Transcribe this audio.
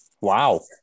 Wow